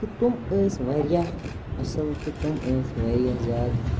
تہٕ تِم ٲسۍ واریاہ اصٕل تہٕ تِم ٲسۍ واریاہ زیادٕ